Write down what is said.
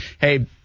hey